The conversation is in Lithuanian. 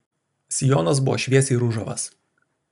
sijonas buvo šviesiai ružavas